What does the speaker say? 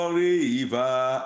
river